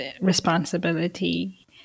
responsibility